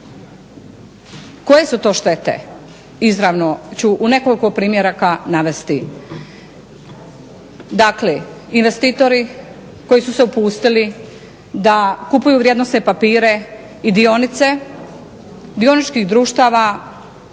Koje su to štete? Izravno ću u nekoliko primjeraka navesti. Dakle, investitori koji su se upustili da kupuju vrijednosne papire i dionice dioničkih društava